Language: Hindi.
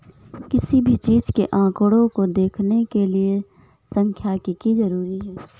किसी भी चीज के आंकडों को देखने के लिये सांख्यिकी जरूरी हैं